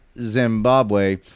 Zimbabwe